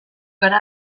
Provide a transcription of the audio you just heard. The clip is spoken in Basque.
gara